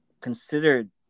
considered